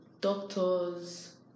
doctors